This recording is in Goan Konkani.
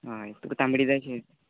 हय तुका तांबडी जाय आशि